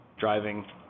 driving